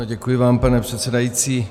Děkuji vám, pane předsedající.